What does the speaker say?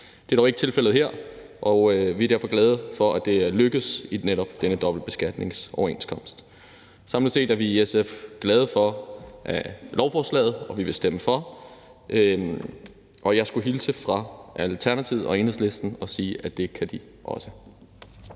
Det er dog ikke tilfældet her, og vi er derfor glade for, at det er lykkedes i netop denne dobbeltbeskatningsoverenskomst. Samlet set er vi i SF glade for lovforslaget, og vi vil stemme for. Jeg skulle hilse fra Alternativet og Enhedslisten og sige, at det kan de også.